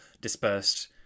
dispersed